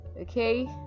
Okay